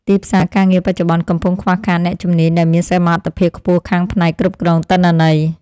ទីផ្សារការងារបច្ចុប្បន្នកំពុងខ្វះខាតអ្នកជំនាញដែលមានសមត្ថភាពខ្ពស់ខាងផ្នែកគ្រប់គ្រងទិន្នន័យ។